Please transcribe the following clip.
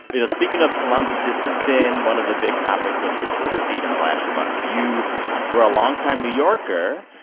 you know, speaking of columbus, this has been one of the big topics of your twitter feed in the last few months. you were a longtime new yorker.